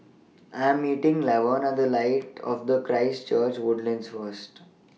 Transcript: I Am meeting Laverne At The Light of Christ Church Woodlands First